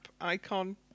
icon